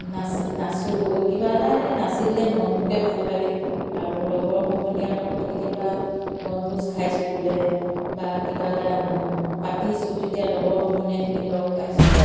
নাচি নাচোঁ কিবা এটা এনেই নাচি দিলে মনটোকে ভাল লাগে আৰু লগৰ সমনীয়াৰ লগত কেতিয়াবা বনভোজ খাইছোঁ বোলে বা কিবা এটা পাতিছোঁ তেতিয়া লগৰ সমনীয়াখিনি লগ পাইছোঁ